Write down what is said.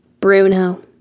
Bruno